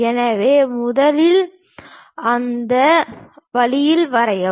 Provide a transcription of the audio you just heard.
எனவே முதலில் அதை அந்த வழியில் வரையவும்